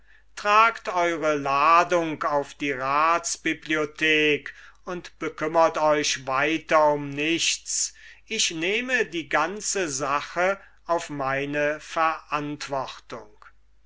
tragt eure ladung auf die ratsbibliothek und bekümmert euch weiter um nichts ich nehme die ganze sache auf meine verantwortung